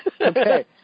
Okay